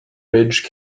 ridge